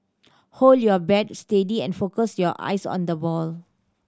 hold your bat steady and focus your eyes on the ball